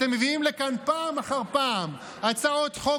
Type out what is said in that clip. אתם מביאים לכאן פעם אחר פעם הצעות חוק